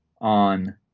on